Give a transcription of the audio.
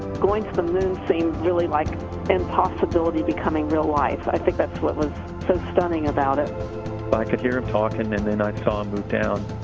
going to the moon seems really like impossibility becoming real life. i think that's what was so stunning about it. i could hear him talking and then i saw him move down.